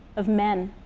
of men.